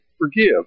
forgive